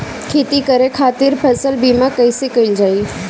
खेती करे के खातीर फसल बीमा कईसे कइल जाए?